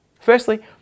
Firstly